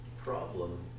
problem